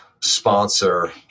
sponsor